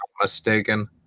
mistaken